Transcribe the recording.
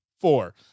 Four